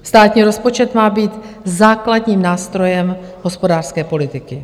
Státní rozpočet má být základním nástrojem hospodářské politiky.